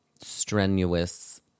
strenuous